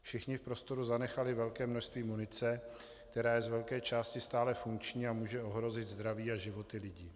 Všichni v prostoru zanechali velké množství munice, která je z velké části stále funkční a může ohrozit zdraví a životy lidí.